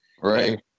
Right